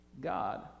God